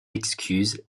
excuses